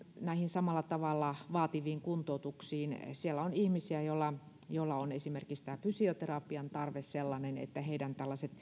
samalla tavalla vaativiin kuntoutuksiin siellä on ihmisiä joilla on esimerkiksi fysioterapian tarve sellainen että heidän